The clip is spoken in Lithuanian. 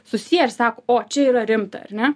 susiję ir sako o čia yra rimta ar ne